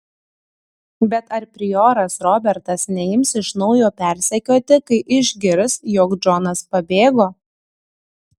bet ar prioras robertas neims iš naujo persekioti kai išgirs jog džonas pabėgo